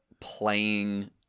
playing